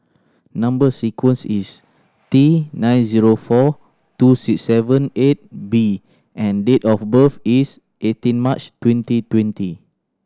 number sequence is T nine zero four two six seven eight B and date of birth is eighteen March twenty twenty